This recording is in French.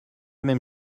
même